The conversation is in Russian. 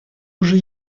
уже